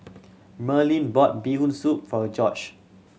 Merlyn bought Bee Hoon Soup for George